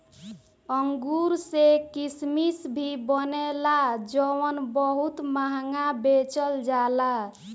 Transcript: अंगूर से किसमिश भी बनेला जवन बहुत महंगा बेचल जाला